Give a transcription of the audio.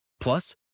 plus